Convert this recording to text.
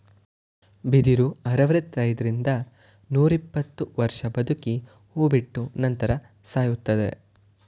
ಬಿದಿರು ಅರವೃತೈದರಿಂದ ರಿಂದ ನೂರಿಪ್ಪತ್ತು ವರ್ಷ ಬದುಕಿ ಹೂ ಬಿಟ್ಟ ನಂತರ ಸಾಯುತ್ತದೆ